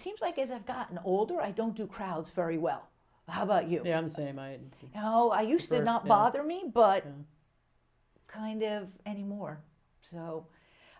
seems like as i've gotten older i don't do crowds very well how about you oh i used a lot bother me but i'm kind of any more so